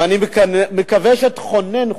ואני מקווה שתכונן חוקה,